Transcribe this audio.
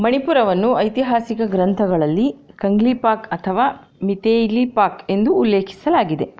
ಮಣಿಪುರವನ್ನು ಐತಿಹಾಸಿಕ ಗ್ರಂಥಗಳಲ್ಲಿ ಕಂಗ್ಲೀಪಾಕ್ ಅಥವಾ ಮೀತೇಯ್ಲಿಪಾಕ್ ಎಂದು ಉಲ್ಲೇಖಿಸಲಾಗಿದೆ